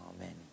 Amen